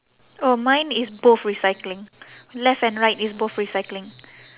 oh mine is both recycling left and right it's both recycling